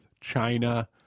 China